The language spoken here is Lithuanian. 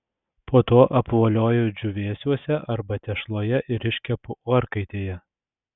po to apvolioju džiūvėsiuose arba tešloje ir iškepu orkaitėje